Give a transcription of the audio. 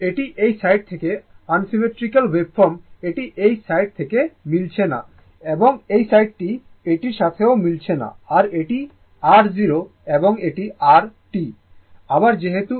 এটি এই সাইড থেকে আনসিমেট্রিক্যাল ওয়েভফর্ম এটি এই সাইড থেকে মিলছে না এবং এই সাইডটি এটির সাথেও মিলছে না আর এটি r 0 এবং এটি r T